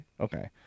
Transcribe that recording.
okay